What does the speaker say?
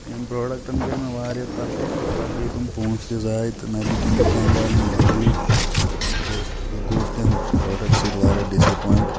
تٔمۍ پرٛوڈَکٹَن کٔرۍ مےٚ واریاہ تسلہِ پَتہٕ گٔے تِم پونٛسہٕ تہِ زایہِ تہٕ نہ دیُت تٔمۍ دُکاندارَن بَدلٕے تہٕ بہٕ گوٚوُس تَمہِ پرٛوڈَکٹ سۭتۍ واریاہ ڈِس اٮ۪پویِنٛٹ